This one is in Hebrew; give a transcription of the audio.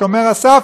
שומר הסף,